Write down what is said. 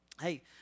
hey